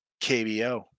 KBO